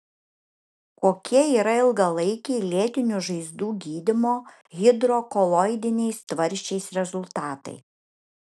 kokie yra ilgalaikiai lėtinių žaizdų gydymo hidrokoloidiniais tvarsčiais rezultatai